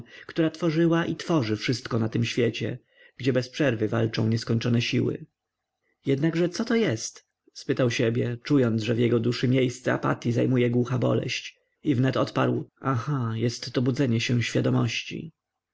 która tworzyła i tworzy wszystko na tym świecie gdzie bez przerwy walczą nieskończone siły jednakże coto jest spytał siebie czując że w jego duszy miejsce apatyi zajmuje głucha boleść i wnet odparł aha jestto budzenie się świadomości